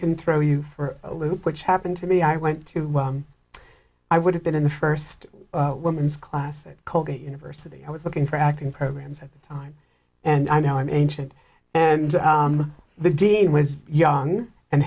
can throw you for a loop which happened to me i went to i would have been in the first woman's class at colgate university i was looking for acting programs at the time and i know i'm ancient and the dean was young and